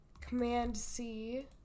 Command-C